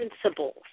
principles